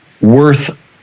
worth